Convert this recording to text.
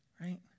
right